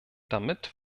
damit